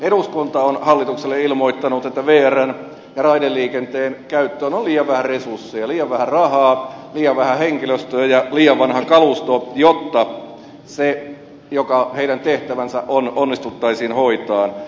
eduskunta on hallitukselle ilmoittanut että vrn raideliikenteen käyttöön on liian vähän resursseja liian vähän rahaa liian vähän henkilöstöä ja liian vanha kalusto jotta se mikä heidän tehtävänsä on onnistuttaisiin hoitamaan